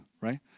right